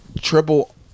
Triple